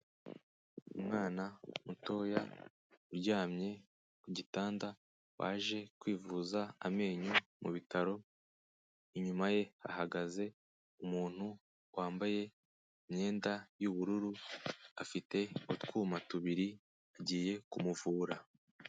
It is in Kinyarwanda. Ummwana mutoya uryamye ku gitanda, waje kwivuza amenyo mu bitaro, inyuma ye hahagaze umuntu wambaye imyenda y'ubururu afite utwuma tubiri agiye kumuvura.